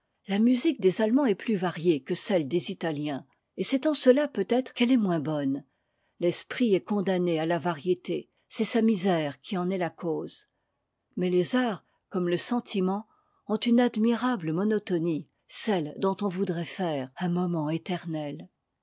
la musique des allemands est plus variée que celle des italiens et c'est en cela peut-être qu'elle est'moins bonne l'esprit est condamné à la variété c'est sa misère qui en est la cause mais les arts comme le sentiment ont une admirable monotonie celle dont on voudrait faire un moment éternel